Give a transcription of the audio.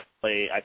play